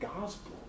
gospel